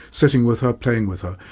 sitting with her, playing with her,